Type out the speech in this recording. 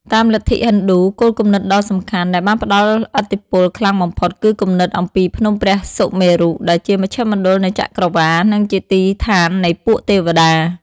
តាមលទ្ធិហិណ្ឌូ គោលគំនិតដ៏សំខាន់ដែលបានផ្តល់ឥទ្ធិពលខ្លាំងបំផុតគឺគំនិតអំពីភ្នំព្រះសុមេរុដែលជាមជ្ឈមណ្ឌលនៃចក្រវាឡនិងជាទីស្ថាននៃពួកទេវតា។